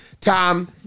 Tom